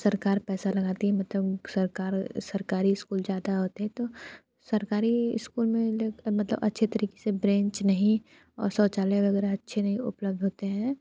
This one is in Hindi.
सरकार पैसा लगाती है मतलब सरकार सरकारी स्कूल ज़्यादा होते हैं तो सरकारी स्कूल में मतलब अच्छे तरीक़े से ब्रेंच नहीं और शौचालय वग़ैरह अच्छे नहीं उपलब्ध होते हैं